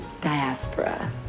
diaspora